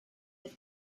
oedd